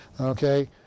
Okay